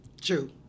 True